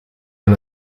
aan